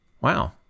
Wow